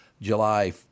July